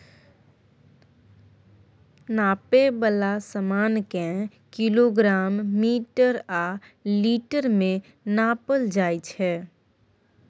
नापै बला समान केँ किलोग्राम, मीटर आ लीटर मे नापल जाइ छै